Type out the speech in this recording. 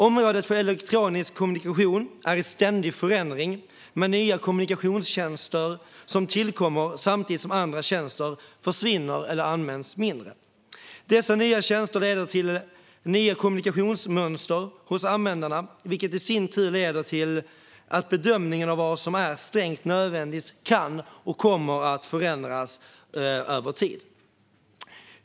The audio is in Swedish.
Området för elektronisk kommunikation är i ständig förändring, med nya kommunikationstjänster som tillkommer samtidigt som andra tjänster försvinner eller används mindre. Dessa nya tjänster leder till nya kommunikationsmönster hos användarna, vilket i sin tur leder till att bedömningen av vad som är strängt nödvändigt att lagra kan och kommer att förändras över tid.